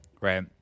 Right